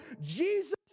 Jesus